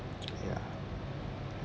ya